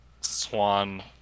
Swan